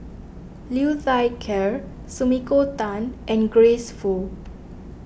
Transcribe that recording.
Liu Thai Ker Sumiko Tan and Grace Fu